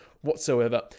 whatsoever